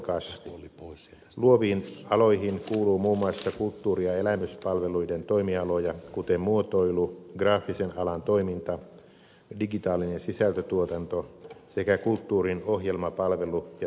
luoviin aloihin kuuluu muun muassa kulttuuri ja elämyspalveluiden toimialoja kuten muotoilu graafisen alan toiminta digitaalinen sisältötuotanto sekä kulttuurin ohjelmapalvelu ja tapahtumatuotanto